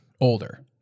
older